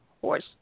horse